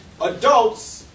adults